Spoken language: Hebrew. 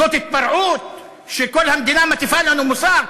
זאת התפרעות, שכל המדינה מטיפה לנו מוסר?